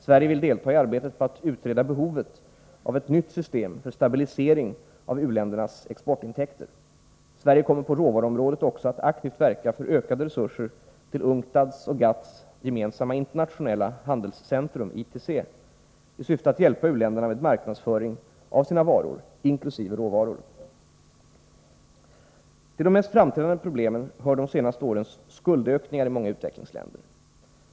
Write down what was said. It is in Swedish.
Sverige vill delta i arbetet på att utreda behovet av ett nytt system för stabilisering av u-ländernas exportintäkter. Sverige kommer på råvaruområdet också att aktivt verka för ökade resurser till UNCTAD/GATT:s gemensamma internationella handelscentrum i syfte att hjälpa u-länderna med marknadsföring av sina varor, inkl. råvaror. Till de mest framträdande problemen hör de senaste årens skuldökningar i många utvecklingsländer.